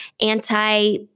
anti